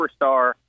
superstar